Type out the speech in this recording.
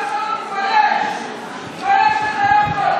תתבייש לך.